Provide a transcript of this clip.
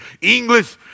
English